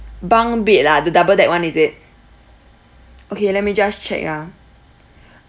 bunk bed ah the double deck [one] is it okay let me just check ah